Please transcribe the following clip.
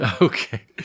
Okay